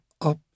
up